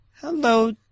Hello